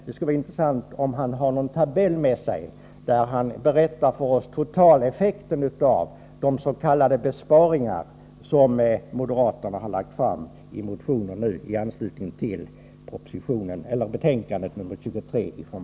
Det skulle vara intressant om han har någon tabell med sig och kan berätta för oss om totaleffekten av de s.k. besparingar som moderaterna har lagt fram förslag om i motioner i bostadsutskottets betänkande 23.